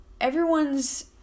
everyone's